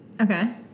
Okay